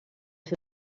ser